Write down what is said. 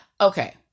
Okay